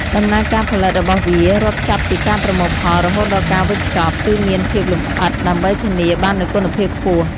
ដំណើរការផលិតរបស់វារាប់ចាប់ពីការប្រមូលផលរហូតដល់ការវេចខ្ចប់ គឺមានភាពលម្អិតដើម្បីធានាបាននូវគុណភាពខ្ពស់។